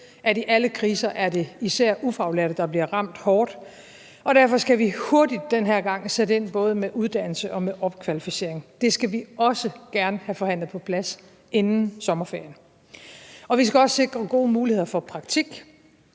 at i alle kriser er det især ufaglærte, der bliver ramt hårdt, og derfor skal vi hurtigt den her gang sætte ind med både uddannelse og opkvalificering. Det skal vi også gerne have forhandlet på plads inden sommerferien. Vi skal også sikre gode muligheder for praktik.